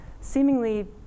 seemingly